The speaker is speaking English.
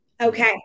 Okay